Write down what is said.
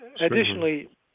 Additionally